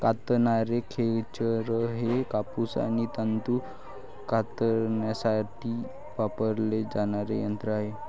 कातणारे खेचर हे कापूस आणि तंतू कातण्यासाठी वापरले जाणारे यंत्र आहे